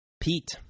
Pete